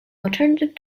alternative